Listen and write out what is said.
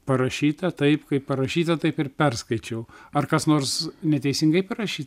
parašyta taip kaip parašyta taip ir perskaičiau ar kas nors neteisingai parašyta